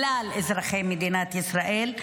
כלל אזרחי מדינת ישראל,